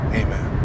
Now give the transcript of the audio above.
amen